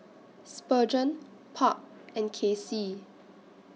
Spurgeon Park and Kaycee